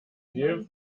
viel